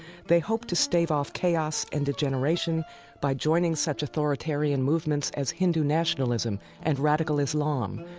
they hoped to stave off chaos and degeneration by joining such authoritarian movements as hindu nationalism and radical islam,